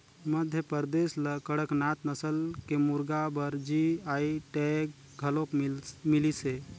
मध्यपरदेस ल कड़कनाथ नसल के मुरगा बर जी.आई टैग घलोक मिलिसे